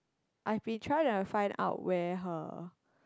I've been trying to find out where her